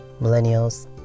millennials